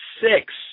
Six